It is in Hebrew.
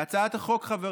להצעת החוק,